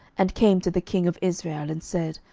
and came to the king of israel, and said,